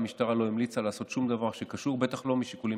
המינהלות יזרזו את תהליכי התכנון והביצוע של שדרוג וטיוב המעברים.